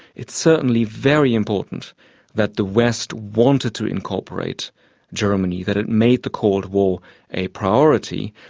it's certainly very important that the west wanted to incorporate germany, that it made the cold war a priority,